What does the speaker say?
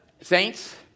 saints